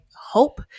hope